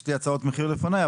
יש לי הצעות מחיר לפניי.